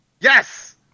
Yes